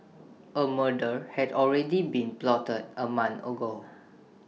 A murder had already been plotted A month ago